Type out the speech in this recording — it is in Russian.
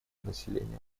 населения